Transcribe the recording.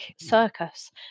circus